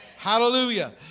Hallelujah